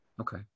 Okay